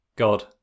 God